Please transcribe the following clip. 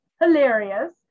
hilarious